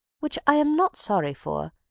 which i am not sorry for,